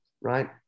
Right